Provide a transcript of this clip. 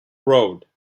road